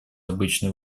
обычные